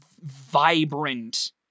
vibrant